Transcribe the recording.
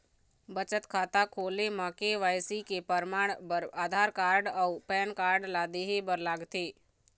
बचत खाता खोले म के.वाइ.सी के परमाण बर आधार कार्ड अउ पैन कार्ड ला देहे बर लागथे